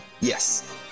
Yes